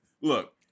Look